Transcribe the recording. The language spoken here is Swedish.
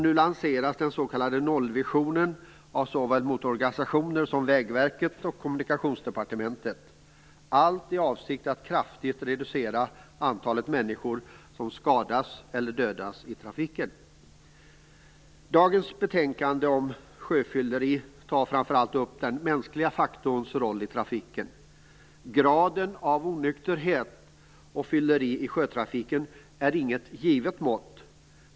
Nu lanseras den s.k. nollvisionen av såväl motororganisationer som Vägverket och Kommunikationsdepartementet - allt i avsikt att kraftigt reducera antalet människor som skadas eller dödas i trafiken. Dagens betänkande om sjöfylleri tar framför allt upp den mänskliga faktorns roll i trafiken. Graden av onykterhet och fylleri i sjötrafiken är inget givet mått.